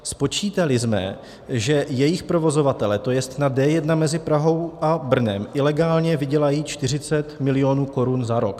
Spočítali jsme, že jejich provozovatelé, to je na D1 mezi Prahou a Brnem, ilegálně vydělají cca 40 mil. korun za rok.